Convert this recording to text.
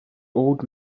old